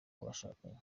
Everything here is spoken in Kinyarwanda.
bashakanye